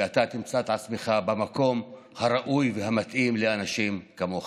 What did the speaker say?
ואתה תמצא את עצמך במקום הראוי והמתאים לאנשים כמוך.